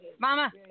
Mama